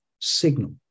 signal